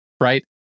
right